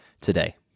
today